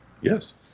Yes